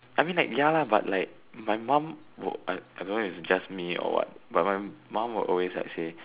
I mean like ya lah but like my mom I don't know whether is just me or what but my mom will always like say